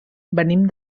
venim